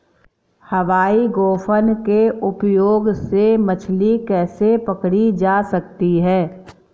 हवाई गोफन के उपयोग से मछली कैसे पकड़ी जा सकती है?